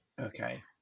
Okay